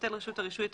תבטל רשות הרישוי את